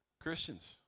Christians